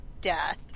death